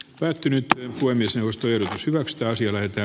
päättynyt voimisnostojen nostoa sillä että